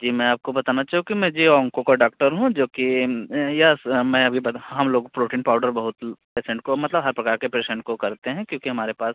जी मैं आपको बताना चाहूँ कि मैं जी ओंको का डाॅक्टर हूँ जो कि यस मैं अभी बट हम लोग प्रोटीन पाउडर बहुत पेसेंट को मतलब हर प्रकार के पेसेंट को करते हैं क्योंकि हमारे पास